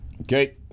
Okay